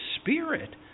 Spirit